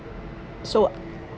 so